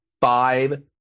five